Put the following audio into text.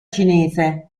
cinese